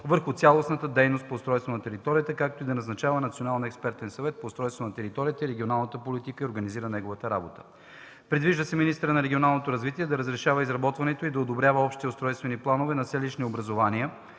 върху цялостната дейност по устройство на територията, както и да назначава Националния експертен съвет по устройство на територията и регионална политика и да организира неговата работа. Предвижда се министърът на регионалното развитие да разрешава изработването и да одобрява общите устройствени планове на селищните образувания